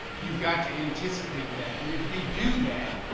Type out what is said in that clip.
you've got to anticipate that. and if you do that,